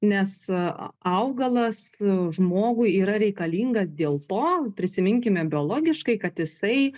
nes augalas žmogui yra reikalingas dėl to prisiminkime biologiškai kad jisai